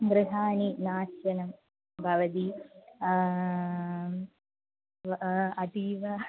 गृहाणि नाशनं भवन्ति अतीव